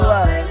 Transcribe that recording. Love